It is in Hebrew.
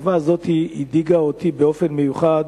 הכתבה הזו הדאיגה אותי באופן מיוחד